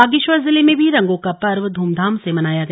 बागेश्वर जिले में भी रंगों का पर्व ध्रमधाम से मनाया गया